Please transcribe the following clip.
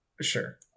sure